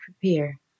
prepare